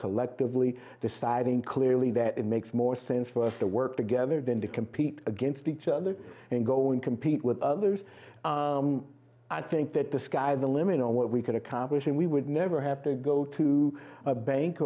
collectively deciding clearly that it makes more sense for us to work together than to compete against each other and go and compete with others i think that the sky's the limit on what we can accomplish and we would never have to go to a bank